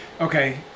okay